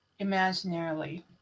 imaginarily